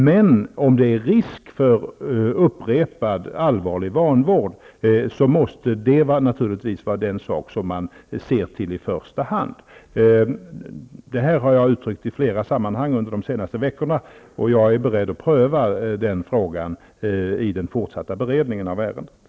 Men om det finns risk för upprepad allvarlig vanvård måste man se till det i första hand. Jag har uttryckt detta i flera sammanhang under de senaste veckorna. Jag är beredd att pröva den frågan i den fortsatta beredningen av ärendet.